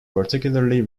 particularly